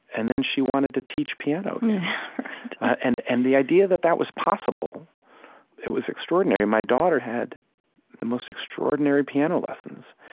and then she wanted to teach piano again and and the idea that that was possible it was extraordinary. my daughter had the most extraordinary piano lessons.